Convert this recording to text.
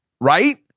right